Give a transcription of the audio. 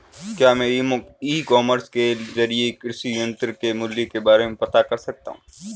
क्या मैं e commerce के ज़रिए कृषि यंत्र के मूल्य के बारे में पता कर सकता हूँ?